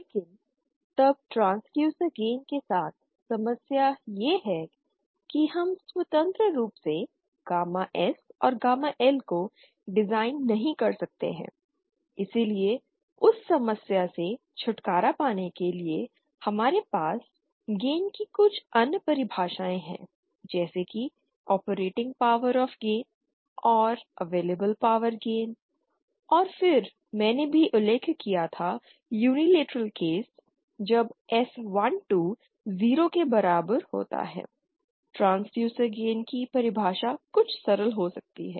लेकिन तब transducer gain के साथ समस्या यह है कि हम स्वतंत्र रूप से गामा S और गामा L को डिजाइन नहीं कर सकते हैं इसलिए उस समस्या से छुटकारा पाने के लिए हमारे पास गेन की कुछ अन्य परिभाषाएं हैं जैसे कि ऑपरेटिंग पावर ऑफ गेन और अवेलेबल पावर गेन और फिर मैंने भी उल्लेख किया था यूनिलैटरल केस जब S12 0 के बराबर होता है ट्रांसड्यूसर गेन की परिभाषा कुछ सरल हो सकती है